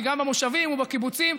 כי גם במושבים ובקיבוצים,